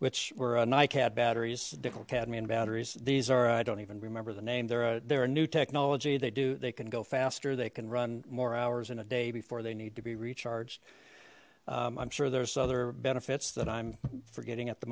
which were nicad batteries nickel cadmium batteries these are i don't even remember the name there are there are new technology they do they can go faster they can run more hours in a day before they need to be recharged i'm sure there's other benefits that i'm forgetting at the